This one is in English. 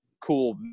cool